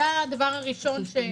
זה הדבר הראשון.